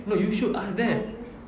no you should ask that